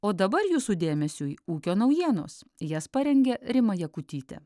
o dabar jūsų dėmesiui ūkio naujienos jas parengė rima jakutytė